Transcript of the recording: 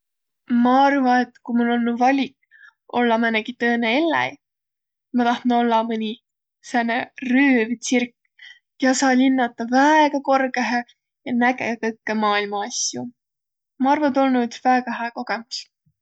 Ma arva, et ku mul olnuq valik ollaq määnegi tõõnõ elläi, ma tahtnuq ollaq mõni sääne rüüvtsirk, kiä saa linnadaq väega korgõhe ja näge kõkkõ maailma asju. Ma arva, tuu olnuq üts väega hää kogõmus.